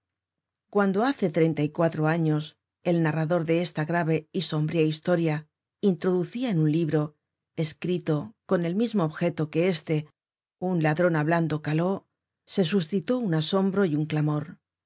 cuando hace treinta y cuatro años el narrador de esta grave y sombría historia introducia en un libro escrito con el mismo objeto que este un ladron hablando caló se suscitó un asombro y un clamor